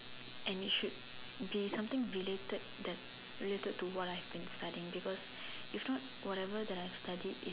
and you should be something related that related to what I'm studying if not whatever I'm studying is